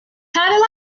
padilla